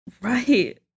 Right